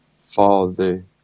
father